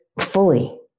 fully